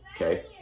Okay